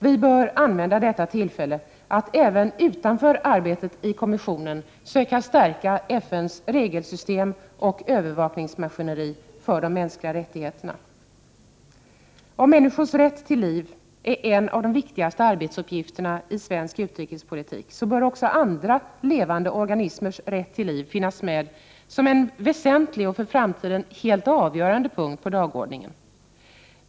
Vi bör använda detta tillfälle till att även utanför arbetet i konventionen söka stärka FN:s regelsystem och övervakningsmaskineri för de mänskliga rättigheterna. Om människors rätt till liv är en av de viktigaste arbetsuppgifterna i svensk utrikespolitik, så bör också andra levande organismers rätt till liv finnas med som en väsentlig och för framtiden helt avgörande punkt på dagordningen.